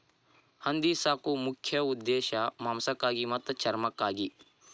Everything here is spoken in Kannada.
ಹಂದಿ ಸಾಕು ಮುಖ್ಯ ಉದ್ದೇಶಾ ಮಾಂಸಕ್ಕಾಗಿ ಮತ್ತ ಚರ್ಮಕ್ಕಾಗಿ